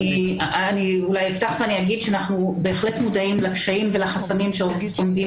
אני אפתח ואומר שאנחנו בהחלט מודעים לקשיים ולחסמים שעומדים